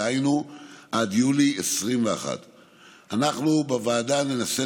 דהיינו עד יולי 2021. אנחנו בוועדה ננסה